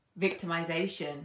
victimization